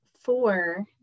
Four